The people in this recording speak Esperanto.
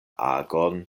agon